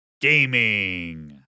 gaming